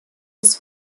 des